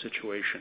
situation